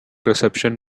reception